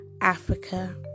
Africa